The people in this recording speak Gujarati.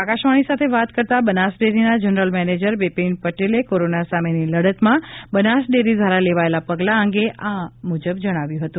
આકાશવાણી સાથે વાત કરતા બનાસ ડેરીના જનરલ મેનેજર બીપીન પટેલે કોરોના સામેની લડતમાં બનાસ ડેરી દ્વારા લેવાયેલા પગલા અંગે આ મુજબ જણાવ્યું હતું